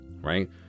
right